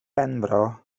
benfro